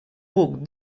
buc